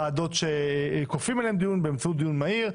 ועדות שכופים עליהן דיון באמצעות בקשה לדיון מהיר.